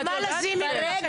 נעמה לזימי, בבקשה.